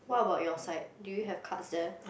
what about your side do you have cards there